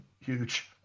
huge